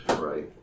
Right